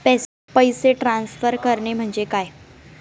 पैसे ट्रान्सफर करणे म्हणजे काय?